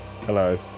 hello